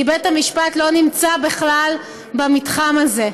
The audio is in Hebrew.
כי בית המשפט לא נמצא בכלל במתחם הזה.